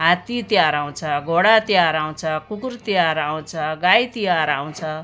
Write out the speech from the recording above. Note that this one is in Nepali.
हात्ती तिहार आउँछ घोडा तिहार आउँछ कुकुर तिहार आउँछ गाई तिहार आउँछ